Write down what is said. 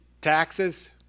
taxes